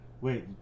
wait